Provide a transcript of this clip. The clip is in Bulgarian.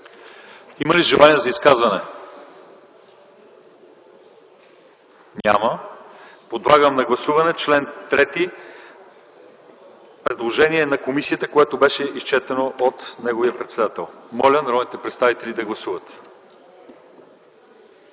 Има ли желание за изказвания? Няма. Подлагам на гласуване чл. 3 – предложение на комисията, което беше изчетено от неговия председател. Моля народните представители да гласуват.